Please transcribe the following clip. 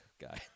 guy